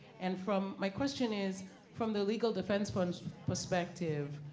and from, my question is from the legal defense fund's perspective,